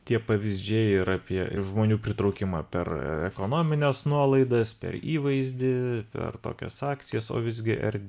tie pavyzdžiai ir apie žmonių pritraukimą per ekonomines nuolaidas per įvaizdį per tokias akcijas o visgi er